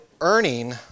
earning